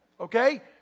Okay